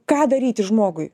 ką daryti žmogui